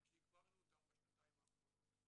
רק שהגברנו אותן בשנתיים האחרונות.